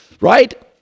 Right